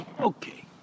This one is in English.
Okay